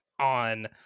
on